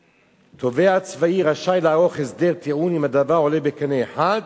שהתובע הצבאי רשאי לערוך הסדר טיעון אם הדבר עולה בקנה אחד